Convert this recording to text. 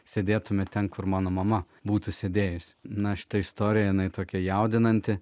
sėdėtumėme ten kur mano mama būtų sėdėjusi na šita istorija jinai tokia jaudinanti